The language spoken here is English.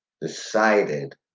decided